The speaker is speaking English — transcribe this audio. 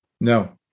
No